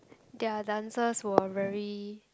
their dancers were very